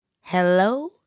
hello